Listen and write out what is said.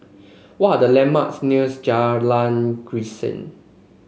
what are the landmarks near Jalan Grisek